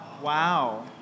Wow